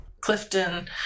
Clifton